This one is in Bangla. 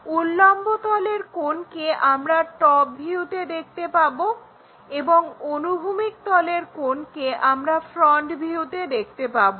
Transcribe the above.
উল্লম্ব তলের কোণকে আমরা টপ ভিউতে দেখতে পাবো এবং অনুভূমিক তলের কোণকে আমরা ফ্রন্ট ভিউতে দেখতে পাবো